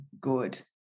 good